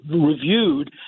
reviewed